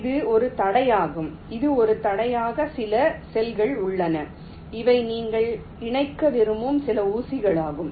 இது ஒரு தடையாகும் இது ஒரு தடையாக சில செல்கள் உள்ளன இவை நீங்கள் இணைக்க விரும்பும் சில ஊசிகளாகும்